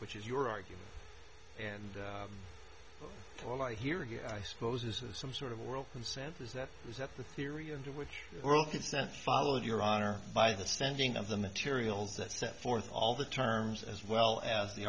which is your argument and all i hear here i suppose is some sort of world consensus that is that the theory under which it's then followed your honor by the standing of the materials that set forth all the terms as well as the